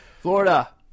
Florida